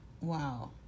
wow